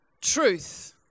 truth